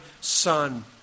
son